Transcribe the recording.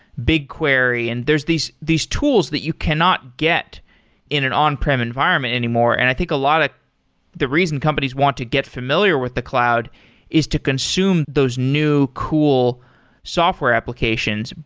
bigquery, and there're these these tools that you cannot get in an on-prem environment anymore. and i think a lot of the reason companies want to get familiar with the cloud is to consume those new cool software applications.